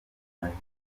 nanjye